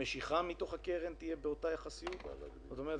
על כן,